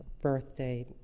birthday